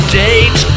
date